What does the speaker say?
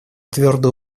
твердо